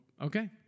okay